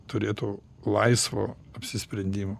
turėtų laisvo apsisprendimo